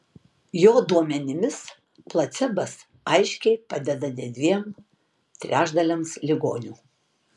jo duomenimis placebas aiškiai padeda net dviem trečdaliams ligonių